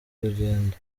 urugendo